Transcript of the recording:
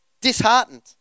disheartened